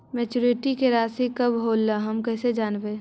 Maturity के रासि कब होलै हम कैसे जानबै?